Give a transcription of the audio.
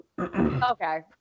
okay